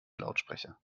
lautsprecher